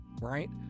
right